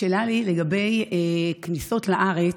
שאלה לי לגבי כניסות לארץ: